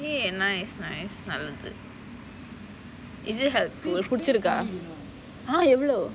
!yay! nice nice நல்லது:nalathu is it helpful பிடிச்சி இருக்க:pidichi irukka